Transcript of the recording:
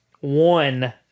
One